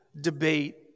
debate